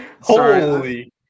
Holy